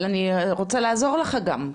אבל אני רוצה לעזור לך גם,